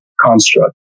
construct